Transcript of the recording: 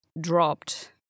dropped